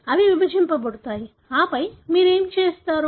అవి విభజింపబడుతాయి ఆపై మీరు ఏమి చేస్తారు